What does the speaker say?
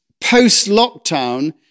post-lockdown